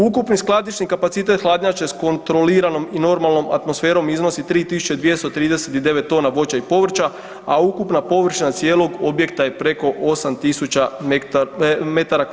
Ukupni skladišni kapacitet hladnjače s kontroliranom i normalnom atmosferom iznosi 3239 tona voća i povrća, a ukupna površina cijelog objekta je preko 8.000 m2.